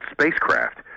spacecraft